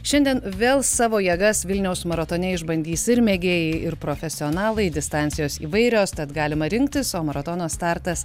šiandien vėl savo jėgas vilniaus maratone išbandys ir mėgėjai ir profesionalai distancijos įvairios tad galima rinktis o maratono startas